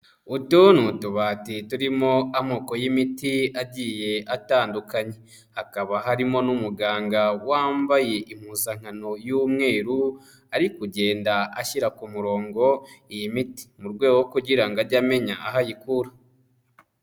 Utu ni utubati turimo amoko y'imiti agiye atandukanye, hakaba harimo n'umuganga wambaye impuzankano y'umweru, ari kugenda ashyira ku murongo iyi miti, mu rwego rwo kugira ngo ajye amenya aho ayikura.